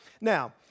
now